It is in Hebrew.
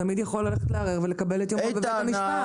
הוא תמיד יכול לערער ולקבל את יומו בבית המשפט.